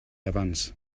evans